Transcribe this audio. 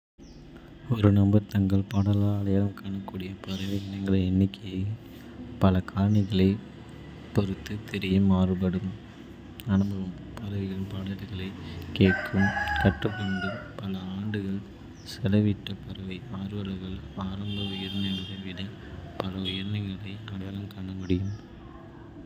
ஒரு நபர் தங்கள் பாடலால் அடையாளம் காணக்கூடிய பறவை இனங்களின் எண்ணிக்கை பல காரணிகளைப் பொறுத்து பெரிதும் மாறுபடும். அனுபவம் பறவைகளின் பாடல்களைக் கேட்டும் கற்றுக்கொண்டும் பல ஆண்டுகள் செலவிட்ட பறவை ஆர்வலர்கள் ஆரம்ப உயிரினங்களை விட பல உயிரினங்களை அடையாளம் காண முடியும்.